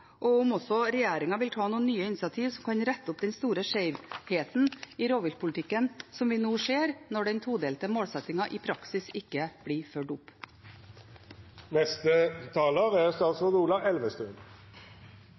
og om regjeringen vil ta noen nye initiativ som kan rette opp den store skjevheten i rovviltpolitikken vi nå ser, når den todelte målsettingen i praksis ikke blir fulgt opp.